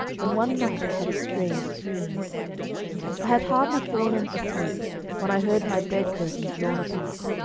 when one night i had a strange dream. i had hardly fallen asleep when i heard my bed-curtains drawn apart,